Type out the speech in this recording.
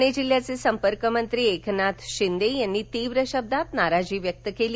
ठाणे जिल्ह्याचे संपर्कमंत्री एकनाथ शिंदे यांनी तीव्र शब्दांत नाराजी व्यक्त केली